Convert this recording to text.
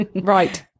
right